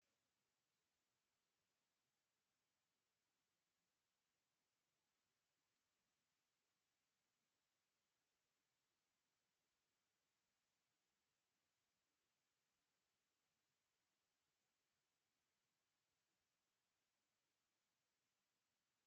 Mwanafunzi wa chuo kikuu aliyevalia